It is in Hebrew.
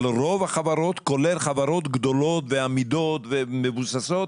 רוב החברות, כולל חברות גדולות ואמידות ומבוססות